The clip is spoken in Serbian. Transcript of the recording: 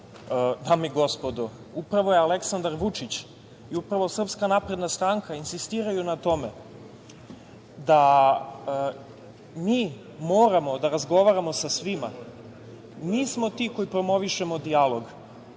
Dame i gospodo, upravo Aleksandar Vučić, upravo SNS insistiraju na tome da mi moramo da razgovaramo sa svima. Mi smo ti koji promovišemo dijalog,